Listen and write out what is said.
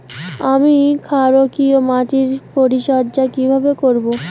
আমি ক্ষারকীয় মাটির পরিচর্যা কিভাবে করব?